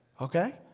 okay